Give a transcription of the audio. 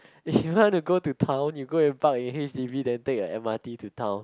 if you want to go to town you go and park at h_d_b then take a m_r_t to town